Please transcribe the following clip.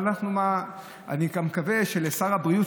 אבל אני גם מקווה שלשר הבריאות,